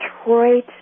Detroit